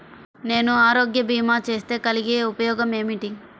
నేను ఆరోగ్య భీమా చేస్తే కలిగే ఉపయోగమేమిటీ?